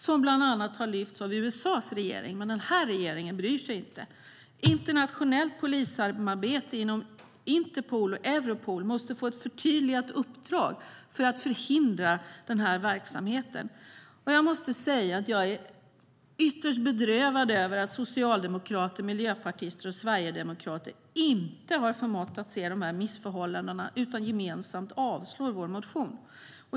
Detta har lyfts upp av bland andra USA:s regering, men vår regering bryr sig inte. Internationellt polissamarbete inom Interpol och Europol måste få ett förtydligat uppdrag för att förhindra denna verksamhet.har förmått att se dessa missförhållanden utan gemensamt avslår vår motion.